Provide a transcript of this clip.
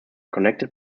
connected